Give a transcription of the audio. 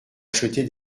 acheter